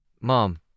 Mom